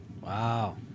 Wow